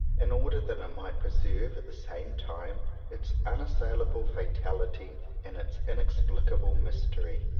in order that it might preserve at the same time its unassailable fatality and its in explicable mystery.